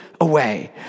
away